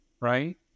right